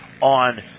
on